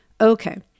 Okay